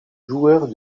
joueurs